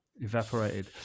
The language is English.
Evaporated